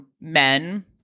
men